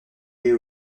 aller